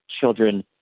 children